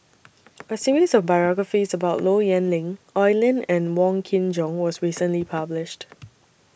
A series of biographies about Low Yen Ling Oi Lin and Wong Kin Jong was recently published